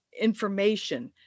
information